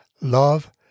love